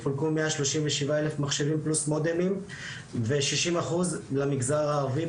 חולקו 137 אלף מחשבים פלוס מודמים ו-60 אחוז למגזר הערבי.